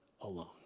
alone